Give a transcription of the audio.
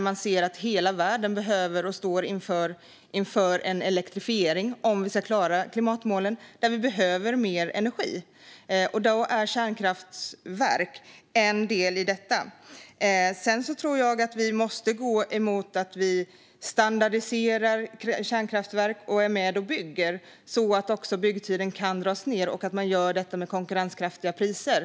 Man ser att hela världen behöver och står inför en elektrifiering om vi ska klara klimatmålen, och vi behöver mer energi. Då är kärnkraftverk en del. Jag tror också att vi måste gå mot en standardisering av kärnkraftverk och att vi är med och bygger så att byggtiden kan dras ned och att man gör detta till konkurrenskraftiga priser.